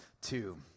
two